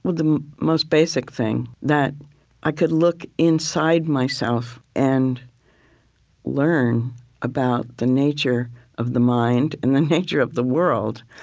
the most basic thing, that i could look inside myself and learn about the nature of the mind and the nature of the world.